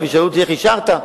וישאלו אותי איך אישרתי,